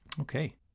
Okay